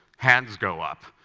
hands go up,